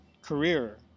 career